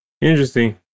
interesting